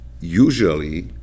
usually